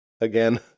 again